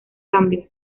cambios